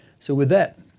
so with that,